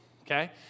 okay